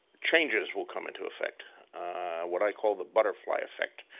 changes will come into effect what i call the butterfly effect.